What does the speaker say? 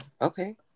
Okay